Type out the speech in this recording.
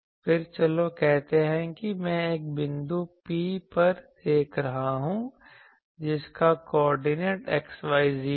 फिर चलो कहते हैं कि मैं एक बिंदु P पर देख रहा हूं जिसका कोऑर्डिनेट xyz है